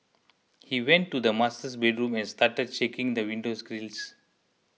he went to the bedroom and started shaking the windows grilles